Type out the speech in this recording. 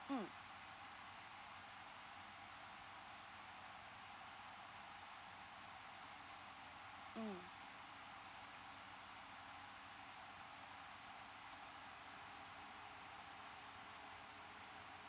mm mm